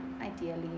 Ideally